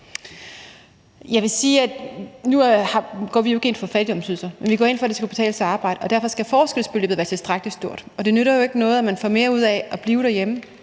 Elholm (V): Nu går vi jo ikke ind for fattigdomsydelser, men vi går ind for, at det skal kunne betale sig at arbejde, og derfor skal forskelsbeløbet være tilstrækkelig stort. Det nytter jo ikke noget, at man får mere ud af at blive derhjemme,